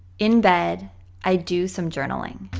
in bed i do some journaling.